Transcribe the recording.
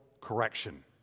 correction